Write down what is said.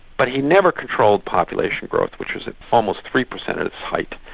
but he never controlled population growth which was almost three percent at its height.